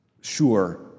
sure